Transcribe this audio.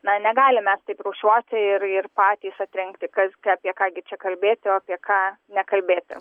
na negalim mes taip rūšiuoti ir ir patys atrinkti kas ką apie ką gi čia kalbėti o apie ką nekalbėti